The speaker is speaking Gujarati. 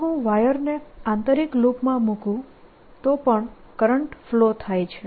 જો હું વાયરને આંતરિક લૂપમાં મુકું તો પણ કરંટ ફલો થાય છે